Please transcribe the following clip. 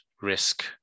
risk